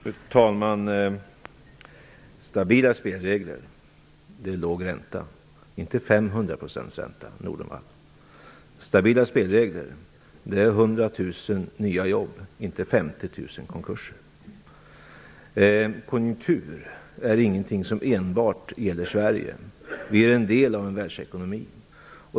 Fru talman! Stabila spelregler är låg ränta, inte 500 % i ränta, Margareta E Nordenvall. Stabila spelregler är 100 000 nya jobb, inte 50 000 konkurser. Konjunktur är inte något som enbart gäller Sverige. Vi är en del av en världsekonomi.